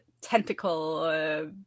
tentacle